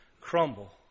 crumble